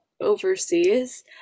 overseas